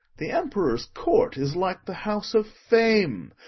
the emperor's court is like the house of fame,